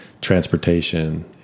transportation